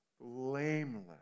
blameless